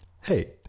Hey